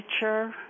nature